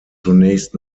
zunächst